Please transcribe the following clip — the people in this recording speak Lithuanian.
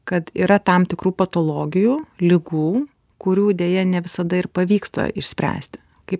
kad yra tam tikrų patologijų ligų kurių deja ne visada ir pavyksta išspręsti kaip